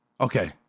Okay